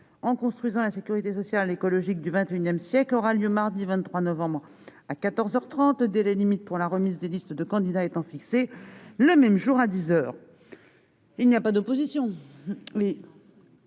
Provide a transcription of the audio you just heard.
en construisant la sécurité sociale écologique du XXI siècle » aura lieu mardi 23 novembre, à quatorze heures trente, le délai limite pour la remise des listes de candidats étant fixé le même jour, à dix heures. Il n'y a pas d'opposition